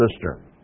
sister